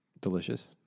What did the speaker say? delicious